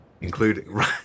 Including